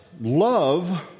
love